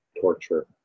torture